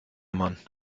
mann